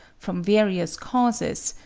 from various causes,